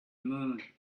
moon